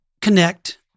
connect